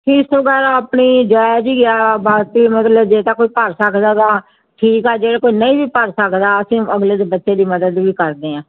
fees ਵਗੈਰਾ ਆਪਣੀ ਜ਼ਾਇਜ ਹੀ ਆ ਬਾਕੀ ਮਤਲਬ ਜੇ ਤਾਂ ਕੋਈ ਭਰ ਸਕਦਾ ਤਾਂ ਠੀਕ ਆ ਜੇ ਕੋਈ ਨਹੀਂ ਵੀ ਭਰ ਸਕਦਾ ਤਾਂ ਅਸੀਂ ਅਗਲੇ ਦੀ ਬੱਚੇ ਦੀ ਮਦਦ ਵੀ ਕਰਦੇ ਹਾਂ